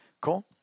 Cool